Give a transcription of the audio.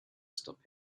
stop